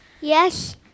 Yes